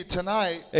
tonight